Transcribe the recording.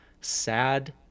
sad